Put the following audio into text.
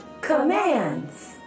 commands